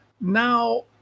Now